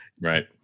Right